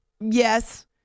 Yes